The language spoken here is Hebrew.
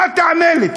מה תענה לי?